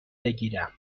بگیرم